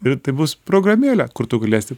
ir tai bus programėlė kur tu galėsi